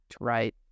Right